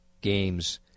games